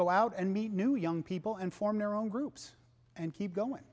go out and meet new young people and form their own groups and keep going